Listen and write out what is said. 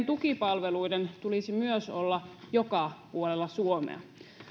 tukipalveluita tulisi olla joka puolella suomea